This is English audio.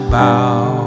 bow